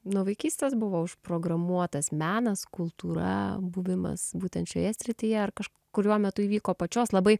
nuo vaikystės buvo užprogramuotas menas kultūra buvimas būtent šioje srityje ar kažkuriuo metu įvyko pačios labai